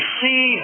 see